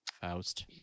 Faust